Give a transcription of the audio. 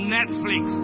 Netflix